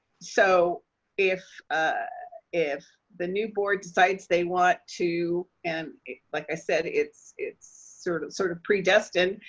so if if the new board decides they want to, and like i said, it's it's sort of sort of predestined.